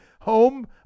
home